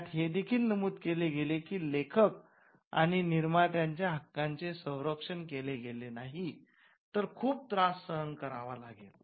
त्यात हे देखील नमूद केले गेले की लेखक आणि निर्मात्यांच्या हक्कांचे संरक्षण केले गेले नाही तर त्यांना खूप त्रास सहन करावा लागेल